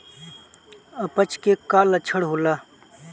अपच के का लक्षण होला?